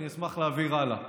אני אשמח להעביר הלאה.